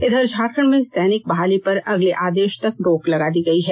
इधर झारखंड में सैनिक बहाली पर अगले आदेष तक रोक लगा दी गई है